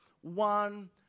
one